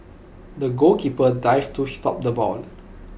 the goalkeeper dived to stop the ball